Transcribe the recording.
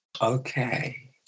Okay